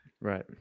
Right